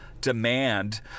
demand